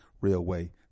railway